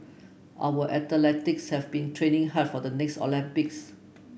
our have been training hard for the next Olympics